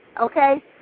Okay